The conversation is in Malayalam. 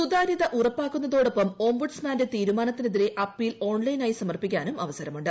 സുതാര്യത ഉറപ്പാക്കുന്നതോടൊപ്പം ഓംബുഡ്സ്മാന്റെ തീരുമാനത്തിനെതിരെ അപ്പീൽ ഓൺലൈനായി സമർപ്പിക്കാനും അവസരമുണ്ട്